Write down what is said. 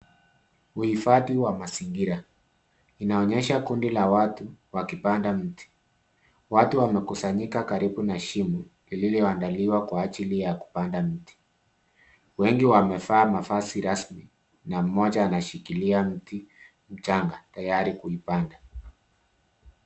Uhifadhi wa mazingira inaonyesha kundi la watu wakipanda mti. Watu wamekusanyika karibu na shimo lililoandaliwa kwa ajili ya kupanda mti. Wengi wamevaa mavazi rasmi na mmoja anashikilia mti mchanga tayari kuipanda.